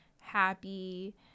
happy